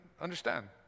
understand